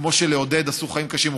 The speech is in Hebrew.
כמו שלעודד עשו חיים קשים,